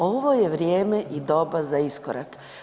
Ovo je vrijeme i doba za iskorak.